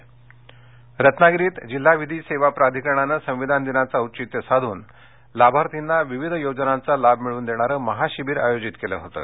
संविधान दिन रत्नागिरीत जिल्हा विधी सेवा प्राधिकरणानं संविधान दिनाचं औधित्य साधून लाभार्थींना विविध योजनांचा लाभ मिळवून देणारं महाशिबिर आयोजित केलं होतं